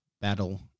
battle